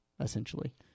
essentially